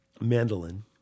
mandolin